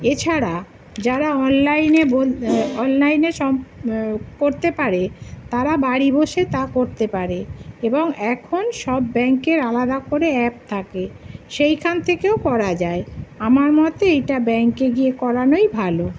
এছাড়া যারা অনলাইনে অনালাইনে সব করতে পারে তারা বাড়ি বসে তা করতে পারে এবং এখন সব ব্যাঙ্কের আলাদা করে অ্যাপ থাকে সেইখান থেকেও করা যায় আমার মতে এইটা ব্যাঙ্কে গিয়ে করানোই ভালো